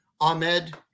Ahmed